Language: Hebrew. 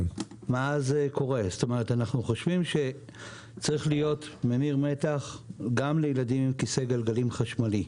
אנחנו חושבים שצריך להיות ממיר מתח גם לילדים עם כיסא גלגלים חשמלי.